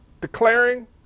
Declaring